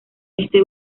este